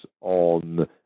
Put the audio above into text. on